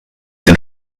den